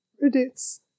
Reduce